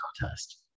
contest